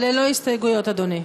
ללא הסתייגויות, אדוני.